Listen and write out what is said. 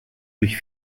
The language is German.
durch